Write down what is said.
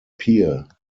pier